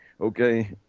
Okay